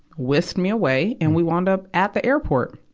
whisked me away, and we wound up at the airport.